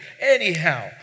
Anyhow